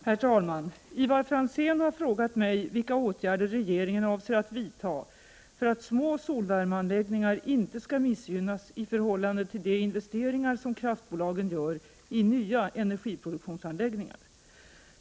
Herr talman! Ivar Franzén har frågat mig vilka åtgärder regeringen avser att vidta för att små solvärmeanläggningar inte skall missgynnas i förhållande till de investeringar som kraftbolagen gör i nya energiproduktionsanläggningar.